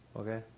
Okay